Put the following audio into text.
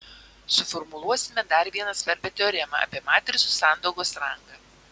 suformuluosime dar vieną svarbią teoremą apie matricų sandaugos rangą